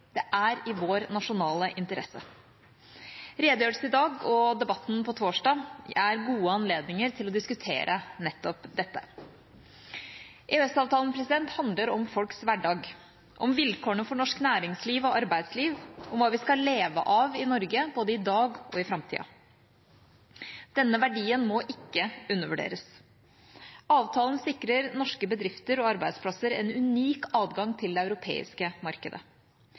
Det er i vår nasjonale interesse. Redegjørelsen i dag, og debatten på torsdag, er gode anledninger til å diskutere nettopp dette. EØS-avtalen handler om folks hverdag – om vilkårene for norsk næringsliv og arbeidsliv, og om hva vi skal leve av i Norge, både i dag og i framtida. Denne verdien må ikke undervurderes. Avtalen sikrer norske bedrifter og arbeidsplasser en unik adgang til det europeiske markedet.